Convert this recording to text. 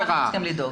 נכון.